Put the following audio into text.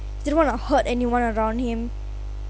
didn't want to hurt anyone around him